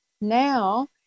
now